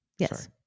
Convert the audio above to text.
yes